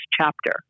chapter